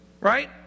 right